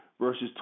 verses